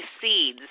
seeds